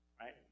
right